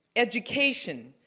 education,